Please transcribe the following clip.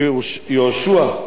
יהושע,